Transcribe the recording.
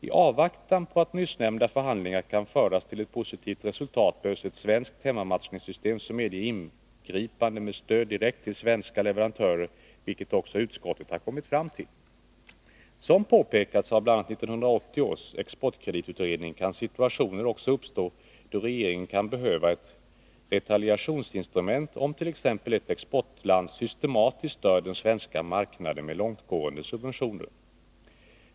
I avvaktan på att nyssnämnda förhandlingar kan föras till ett positivt resultat behövs ett svenskt hemmamatchningssystem som medger ingripande med stöd direkt till svenska leverantörer, vilket också utskottet har kommit fram till. Som påpekats av bl.a. 1980 års exportkreditutredning kan situationer också uppstå då regeringen kan behöva ett retalliationsinstrument, om t.ex. ett exportland systematiskt stör den svenska marknaden med långtgående subventioner.